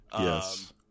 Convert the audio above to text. Yes